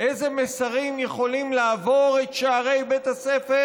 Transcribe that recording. איזה מסרים יכולים לעבור את שערי בית הספר